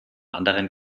anderen